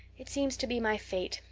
it seems to be my fate.